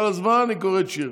כל הזמן היא קוראת שיר.